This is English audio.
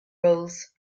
roles